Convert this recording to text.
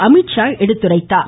அமீத்ஷா எடுத்துரைத்தார்